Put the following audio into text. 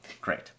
great